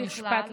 משפט לסיכום.